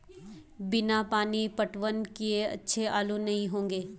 बिना पानी पटवन किए अच्छे आलू नही होंगे